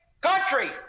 country